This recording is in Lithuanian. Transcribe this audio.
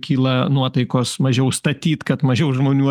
kyla nuotaikos mažiau statyt kad mažiau žmonių